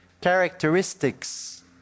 characteristics